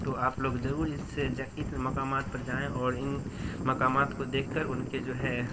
تو آپ لوگ ضرور اس سے ات مقامات پر جائیں اور ان مقامات کو دیکھ کر ان کے جو ہے